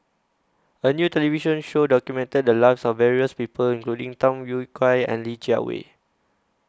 A New television Show documented The Lives of various People including Tham Yui Kai and Li Jiawei